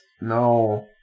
No